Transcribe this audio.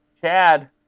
Chad